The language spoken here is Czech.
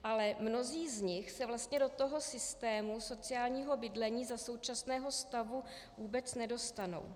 Ale mnozí z nich se vlastně do toho systému sociálního bydlení za současného stavu vůbec nedostanou.